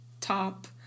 top